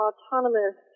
Autonomous